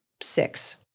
six